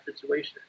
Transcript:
situation